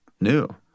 new